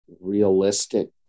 realistic